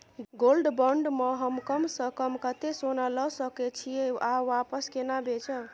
Gold bond म हम कम स कम कत्ते सोना ल सके छिए आ वापस केना बेचब?